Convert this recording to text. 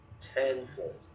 Tenfold